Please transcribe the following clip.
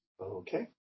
Okay